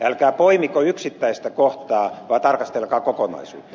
älkää poimiko yksittäistä kohtaa vaan tarkastelkaa kokonaisuutta